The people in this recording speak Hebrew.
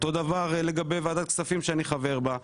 אותו הדבר בוועדת הכספים שאני חבר בה.